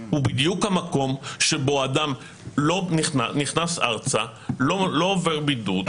הוא בדיוק המקום בו אדם נכנס ארצה ולא עובר בידוד.